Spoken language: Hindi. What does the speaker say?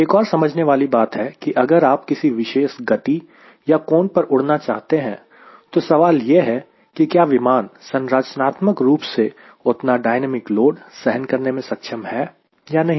एक और समझने वाली बात है कि अगर आप किसी विशेष गति या कोण पर उड़ना चाहते हैं तो सवाल यह है की क्या विमान संरचनात्मक रूप से उतना डायनामिक लोड सहन करने में सक्षम है या नहीं